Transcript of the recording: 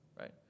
right